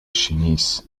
chinees